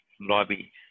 lobby